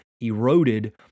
eroded